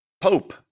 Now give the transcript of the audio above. pope